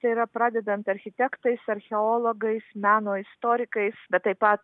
tai yra pradedant architektais archeologais meno istorikais bet taip pat